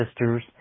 sisters